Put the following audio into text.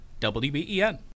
WBEN